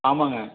ஆமாங்க